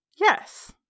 Yes